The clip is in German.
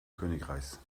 königreichs